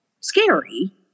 scary